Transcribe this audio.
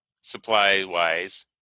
supply-wise